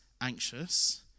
anxious